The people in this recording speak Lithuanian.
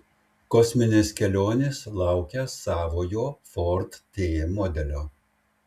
kosminės kelionės laukia savojo ford t modelio